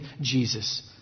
Jesus